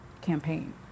campaign